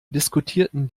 diskutierten